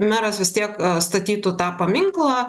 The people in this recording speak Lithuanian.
meras vis tiek statytų tą paminklą